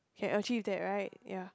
can achieve that right ya